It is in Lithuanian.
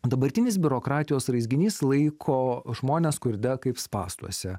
dabartinis biurokratijos raizginys laiko žmones skurde kaip spąstuose